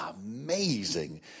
amazing